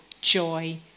joy